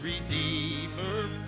redeemer